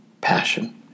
passion